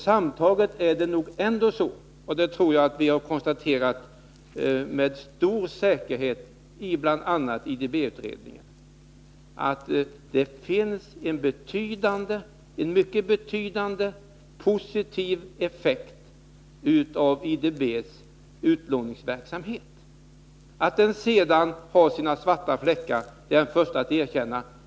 Sammantaget är det nog ändå så — och det tror jag att vi har konstaterat med stor säkerhet i bl.a. IDB-utredningen — att det finns en mycket betydande positiv effekt av IDB:s utlåningsverksamhet. Att den sedan har sina svarta fläckar är jag den förste att erkänna.